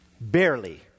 Barely